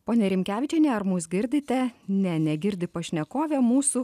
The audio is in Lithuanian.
ponia rimkevičiene ar mus girdite ne negirdi pašnekovė mūsų